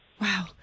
Wow